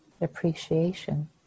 appreciation